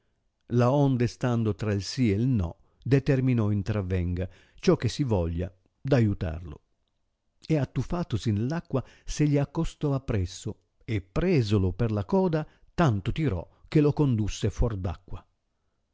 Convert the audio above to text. uccidesse laonde stando tra il sì il no determinò intrav enga ciò che si voglia d aiutarlo ed attuffatosi nell'acqua se gli accostò appresso e presolo per la coda tanto tirò che lo condusse fuor